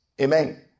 Amen